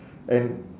and